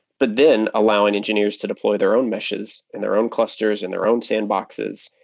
but then, allowing engineers to deploy their own meshes and their own clusters and their own sandboxes,